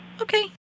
Okay